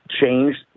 changed